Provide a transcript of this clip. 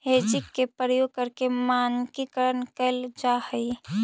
hedging के प्रयोग करके मानकीकरण कैल जा हई